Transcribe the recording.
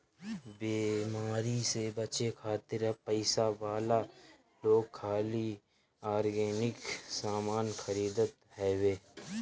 बेमारी से बचे खातिर अब पइसा वाला लोग खाली ऑर्गेनिक सामान खरीदत हवे